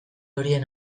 horien